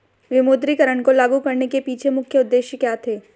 विमुद्रीकरण को लागू करने के पीछे मुख्य उद्देश्य क्या थे?